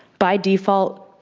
by default,